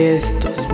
estos